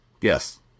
Yes